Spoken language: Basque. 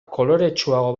koloretsuago